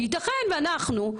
יתכן ואנחנו,